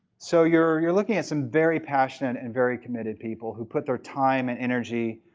so you're you're looking some very passionate and very committed people who put their time and energy,